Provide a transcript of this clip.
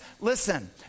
Listen